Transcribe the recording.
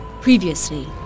Previously